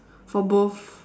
for both